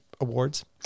Awards